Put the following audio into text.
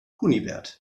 kunibert